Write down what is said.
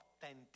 authentic